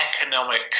economic